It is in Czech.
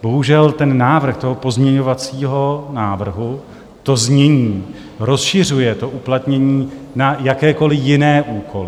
Bohužel, návrh toho pozměňovacího návrhu, to znění, rozšiřuje uplatnění na jakékoliv jiné úkoly.